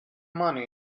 money